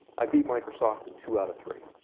i beat microsoft in two out of three.